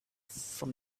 from